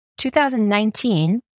2019